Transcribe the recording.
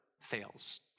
fails